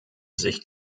sich